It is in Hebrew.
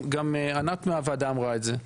גם ענת מהוועדה אמרה את זה.